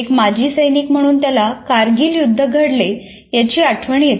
एक माजी सैनिक म्हणून त्याला कारगिल युद्ध घडले याची आठवण येते